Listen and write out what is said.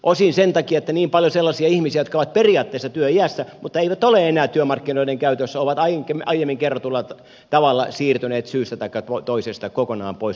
osin sen takia että niin paljon sellaisia ihmisiä jotka ovat periaatteessa työiässä mutta eivät ole enää työmarkkinoiden käytössä on aiemmin kerrotulla tavalla siirtynyt syystä taikka toisesta kokonaan pois työmarkkinoiden käytöstä